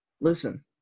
Listen